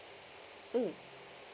mm